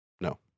no